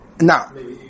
now